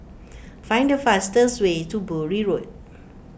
find the fastest way to Bury Road